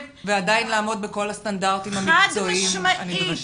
-- ועדין לעמוד בכל הסטנדרטים המקצועיים הנדרשים.